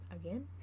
again